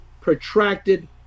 protracted